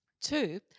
Two